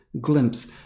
glimpse